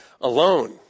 alone